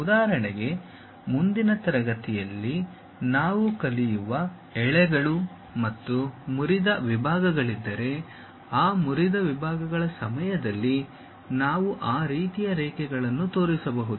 ಉದಾಹರಣೆಗೆ ಮುಂದಿನ ತರಗತಿಯಲ್ಲಿ ನಾವು ಕಲಿಯುವ ಎಳೆಗಳು ಮತ್ತು ಮುರಿದ ವಿಭಾಗಗಳಿದ್ದರೆ ಆ ಮುರಿದ ವಿಭಾಗಗಳ ಸಮಯದಲ್ಲಿ ನಾವು ಆ ರೀತಿಯ ರೇಖೆಗಳನ್ನು ತೋರಿಸಬಹುದು